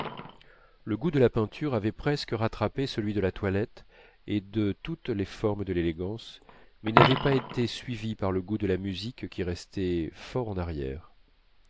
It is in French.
le goût de la peinture avait presque rattrapé celui de la toilette et de toutes les formes de l'élégance mais n'avait pas été suivi par le goût de la musique qui restait fort en arrière